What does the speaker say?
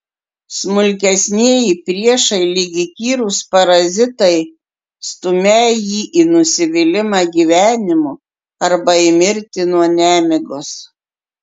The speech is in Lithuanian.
smulkesnieji priešai lyg įkyrūs parazitai stumią jį į nusivylimą gyvenimu arba į mirtį nuo nemigos